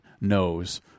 knows